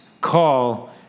call